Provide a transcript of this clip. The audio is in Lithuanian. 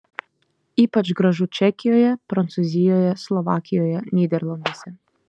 ypač gražu čekijoje prancūzijoje slovakijoje nyderlanduose